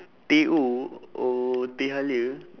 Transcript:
teh o or teh halia